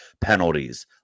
Penalties